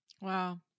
Wow